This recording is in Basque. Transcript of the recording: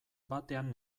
batean